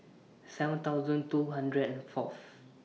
seven thousand two hundred and Fourth